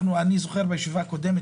אני זוכר שעשינו